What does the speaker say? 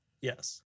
Yes